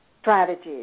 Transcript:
strategies